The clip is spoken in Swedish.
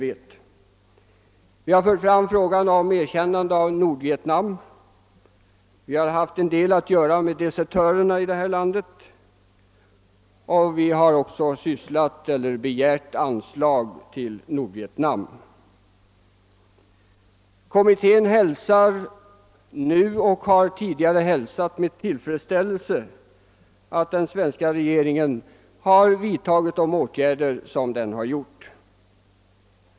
Vi har vidare fört fram frågan om erkännande av Nordvietnam, vi har haft en del att göra med desertörerna, och vi har begärt anslag till Nordvietnam. Kommittén har också hälsat med tillfredsställelse att den svenska regeringen har vidtagit åtgärder i den riktning som kommittén verkat i.